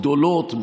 גדולות,